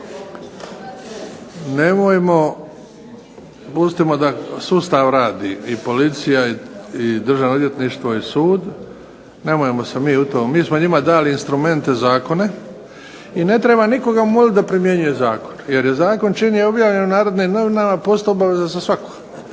nemojmo, vidimo da sustav radi i policija i Državno odvjetništvo i sud, nemojmo se mi u to. Mi smo njima dali instrumente zakone i ne treba nikoga moliti da primjenjuje zakon jer je zakon čim je objavljen u "Narodnim novinama" postao obaveza za svakoga.